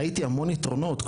ראיתי המון יתרונות,